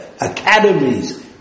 academies